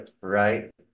right